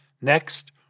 Next